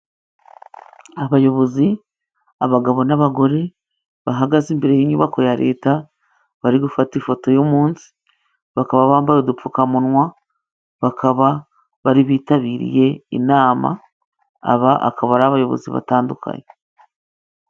Abayobozi, abagabo n'abagore, bahagaze imbere y'inyubako ya Leta, bari gufata ifoto y'umunsi, bakaba bambaye udupfukamunwa, bakaba bari bitabiriye inama, aba akaba ari abayobozi batandukanye.